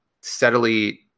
steadily